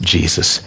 Jesus